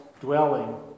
dwelling